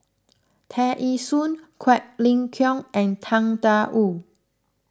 Tear Ee Soon Quek Ling Kiong and Tang Da Wu